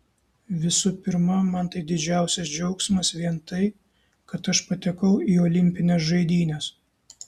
visų pirma man didžiausias džiaugsmas vien tai kad aš patekau į olimpines žaidynes